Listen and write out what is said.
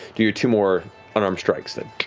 do your two more unarmed strikes.